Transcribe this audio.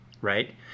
right